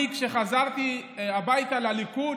אני, כשחזרתי הביתה לליכוד,